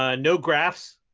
ah no graphs.